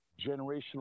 generational